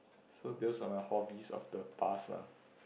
so those are my hobbies of the past lah